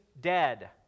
dead